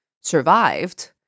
survived